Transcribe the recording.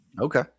okay